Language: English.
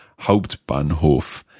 Hauptbahnhof